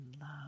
love